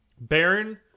Baron